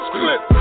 clip